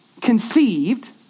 conceived